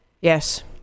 Yes